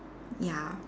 ya